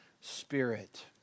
Spirit